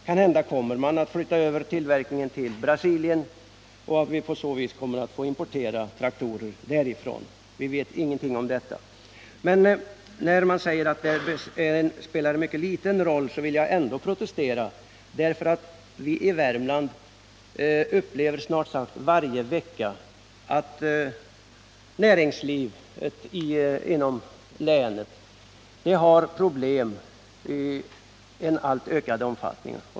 Kanhända kommer man att flytta över tillverkningen till Brasilien, så att vi sedan får importera traktorer därifrån. Vi vet ingenting om detta. När man säger att traktortillverkningen spelar en mycket liten roll vill jag ändå protestera. Vii Värmland upplever snart sagt varje vecka att näringslivet inom länet får problem i alltmer ökande omfattning.